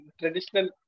traditional